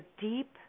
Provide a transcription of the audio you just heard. deep